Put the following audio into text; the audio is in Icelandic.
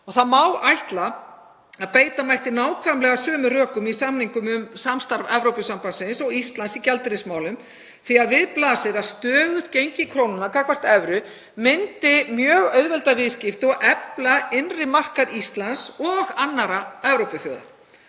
Ætla má að beita mætti nákvæmlega sömu rökum í samningum um samstarf Evrópusambandsins og Íslands í gjaldeyrismálum, því að við blasir að stöðugt gengi krónunnar gagnvart evru myndi auðvelda mjög viðskipti og efla innri markað Íslands og annarra Evrópuþjóða.